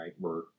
right